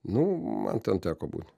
nu man ten teko būt